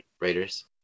Raiders